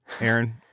Aaron